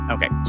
Okay